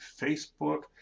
facebook